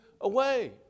away